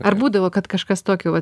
ar būdavo kad kažkas tokio va